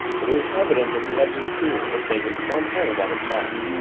but it was evident that the editor's theory had taken firm hold on his mind.